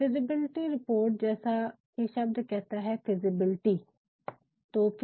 feasibility report जैसा कि शब्द कहता है फिज़िबलिटी सुविधा